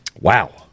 Wow